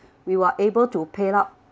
we were able to paid up